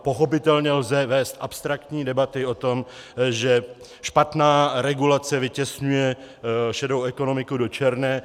Pochopitelně lze vést abstraktní debaty o tom, že špatná regulace vytěsňuje šedou ekonomiku do černé.